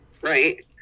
Right